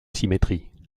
symétrie